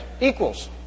equals